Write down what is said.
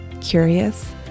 curious